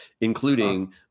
including